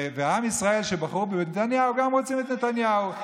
עם ישראל שבחרו בנתניהו גם רוצים את נתניהו.